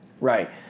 Right